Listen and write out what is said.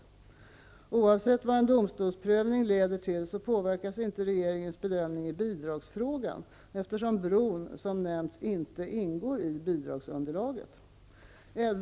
Oavsett vad en domstolsprövning leder till, påverkas inte regeringens bedömning i bidragsfrågan, eftersom bron, som nämnts, inte ingår i bidragsunderlaget.